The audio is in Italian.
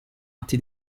atti